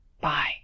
Bye